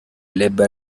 labor